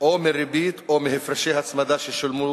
או מריבית או מהפרשי הצמדה ששולמו